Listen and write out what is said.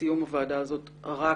בסיום הוועדה הזאת רק